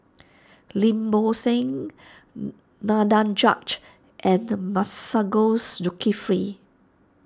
Lim Bo Seng Danaraj and Masagos Zulkifli